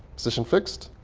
position fixed,